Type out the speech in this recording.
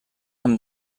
amb